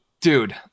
dude